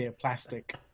plastic